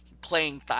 playing